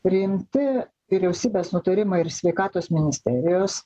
priimti vyriausybės nutarimai ir sveikatos ministerijos